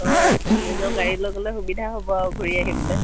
অঁ নিজৰ গাড়ী লৈ গ'লে সুবিধা হ'ব আৰু ঘূৰি আহিবলৈ